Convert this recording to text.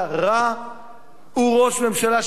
הוא ראש ממשלה שפוגע בציבור,